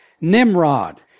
Nimrod